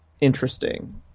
interesting